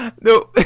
No